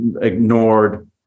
ignored